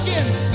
Again